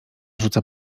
rzuca